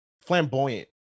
Flamboyant